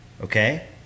okay